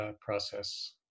Process